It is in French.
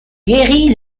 guéris